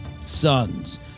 Sons